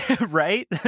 Right